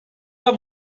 have